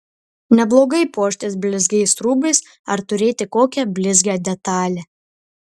neblogai puoštis blizgiais rūbais ar turėti kokią blizgią detalę